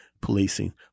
policing